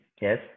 Yes